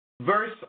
Verse